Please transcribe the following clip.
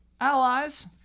Allies